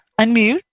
unmute